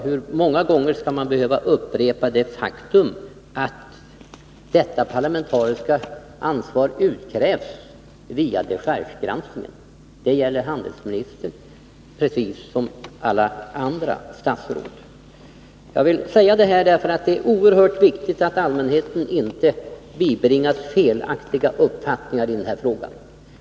Hur många gånger skall man behöva upprepa det faktum att detta parlamentariska ansvar utkrävs via dechargegranskningen? Det gäller handelsministern precis som alla andra statsråd. Jag vill säga detta eftersom det är oerhört viktigt att allmänheten inte bibringas felaktiga uppfattningar i denna fråga.